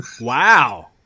Wow